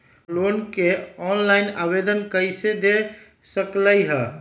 हम लोन के ऑनलाइन आवेदन कईसे दे सकलई ह?